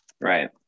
Right